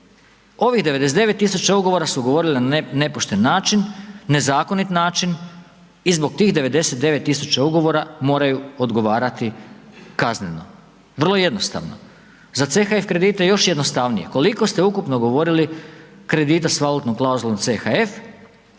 Ovih 99 000 ugovora su ugovorili na nepošten način, nezakonit način i zbog tih 99 000 ugovora moraju odgovarati kazneno, vrlo jednostavno. Za CHF kredite još jednostavnije, koliko ste ukupno ugovorili kredita s valutnom klauzulom CHF